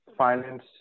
finance